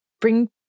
bring